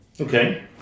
Okay